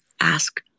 ask